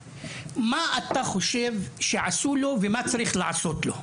מה אתה חושב שעשו לו ומה צריך לעשות לו?